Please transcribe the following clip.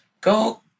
Go